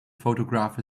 photograph